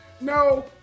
No